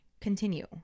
continue